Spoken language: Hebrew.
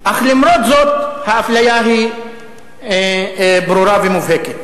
אך למרות זאת האפליה היא ברורה ומובהקת.